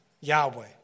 Yahweh